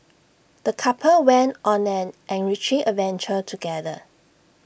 the couple went on an enriching adventure together